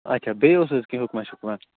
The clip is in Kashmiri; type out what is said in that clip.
اَچھا بیٚیہِ اوس حظ کیٚنہہ حُکمہ شُکمہ